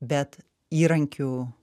bet įrankių